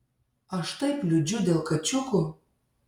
aš taip liūdžiu dėl kačiukų